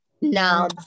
Now